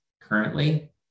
currently